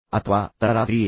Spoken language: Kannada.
ಅಥವಾ ತಡರಾತ್ರಿಯೇ